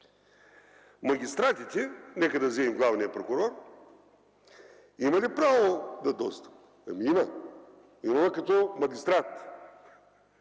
Магистратите, нека вземем главния прокурор, има ли право на достъп? Има. Има като магистрат.